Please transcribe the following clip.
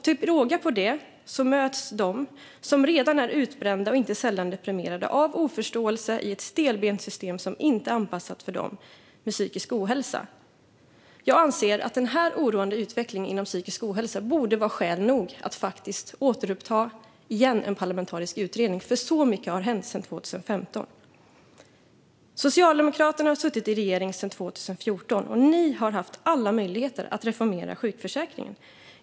Till råga på det möts de som redan är utbrända och inte sällan deprimerade av oförståelse i ett stelbent system som inte är anpassat för dem med psykisk ohälsa. Jag anser att den här oroande utvecklingen inom psykisk ohälsa borde vara skäl nog att återuppta en parlamentarisk utredning. Så mycket har hänt sedan 2015. Socialdemokraterna har suttit i regering sedan 2014. Ni har haft alla möjligheter att reformera sjukförsäkringen.